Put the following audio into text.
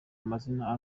amazina